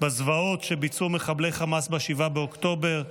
מהזוועות שביצעו מחבלי חמאס ב-7 באוקטובר.